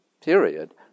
Period